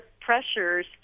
pressures